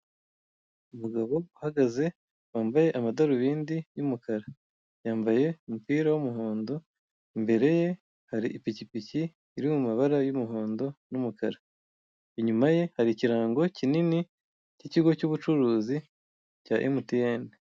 Umugabo uhagaze wambaye amadarubindi y'umukara, yambaye umupira w'umuhondo, imbere ye hari ipikipiki iri mumabara y'umuhondo n'umukara, inyuma ye hari ikirango kinini cy'ikigo cy'ubucuruzi cya emutiyeni